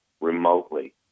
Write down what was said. remotely